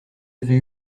avez